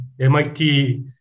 MIT